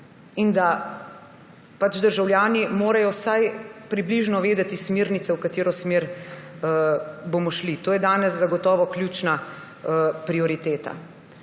in da morajo državljani vsaj približno vedeti smernice, v katero smer bomo šli. To je danes zagotovo ključna prioriteta.